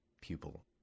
pupil